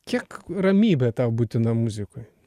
kiek ramybė tau būtina muzikoj